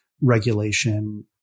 regulation